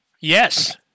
Yes